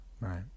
Right